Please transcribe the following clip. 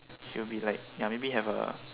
he'll be like ya maybe have a